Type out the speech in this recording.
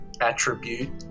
attribute